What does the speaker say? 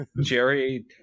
Jerry